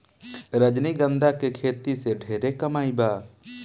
रजनीगंधा के खेती से ढेरे कमाई बा